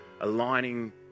aligning